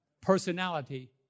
Personality